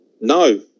No